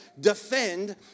defend